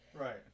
Right